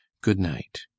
good-night